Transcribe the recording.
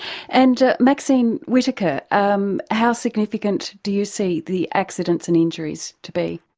and maxine whittaker, um how significant do you see the accidents and injuries to be?